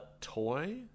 toy